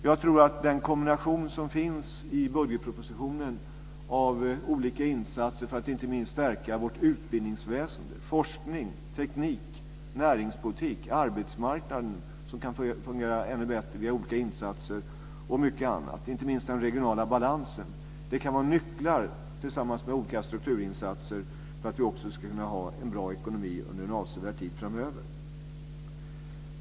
Det finns en kombination i budgetpropositionen av olika insatser för att inte minst stärka vårt utbildningsväsende - forskning, teknik och näringspolitik. Vi har vidare arbetsmarknaden, som kan fungera ännu bättre via olika insatser. Det finns också mycket annat, inte minst i fråga om den regionala balansen. Det kan, tillsammans med olika strukturinsatser, vara nycklar för att vi också ska kunna ha en bra ekonomi under en avsevärd tid framöver.